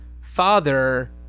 father